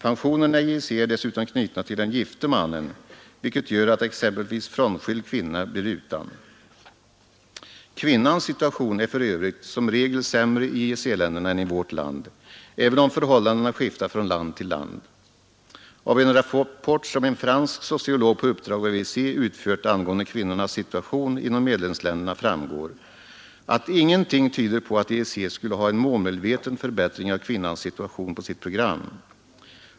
Pensionerna i EEC är dessutom knutna till den gifte mannen, vilket gör att exempelvis frånskild kvinna blir utan. Kvinnans situation är för övrigt som regel sämre i EEC-länderna än i vårt land, även om förhållandena skiftar från land till land. Av en rapport som en fransk sociolog på uppdrag av EEC utfört angående kvinnornas situation inom medlemsländerna framgår att ingenting tyder på att EEC skulle ha en målmedveten förbättring av kvinnans situation på sitt program.